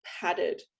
padded